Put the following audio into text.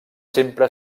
sempre